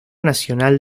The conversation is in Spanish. nacional